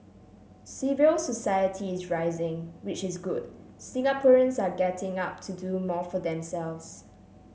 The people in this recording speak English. civil society is rising which is good Singaporeans are getting up to do more for themselves